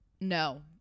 No